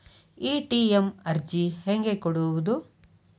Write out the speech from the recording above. ATM ಅರ್ಜಿ ಹೆಂಗೆ ಕೊಡುವುದು?